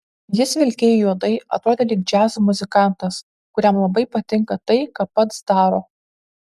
jis vilkėjo juodai atrodė lyg džiazo muzikantas kuriam labai patinka tai ką pats daro